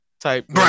type